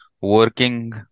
working